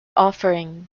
offering